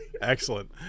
excellent